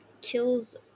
kills